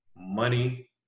Money